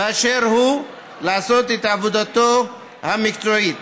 באשר הוא לעשות את עבודתו המקצועית.